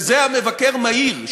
וזה המבקר מעיר,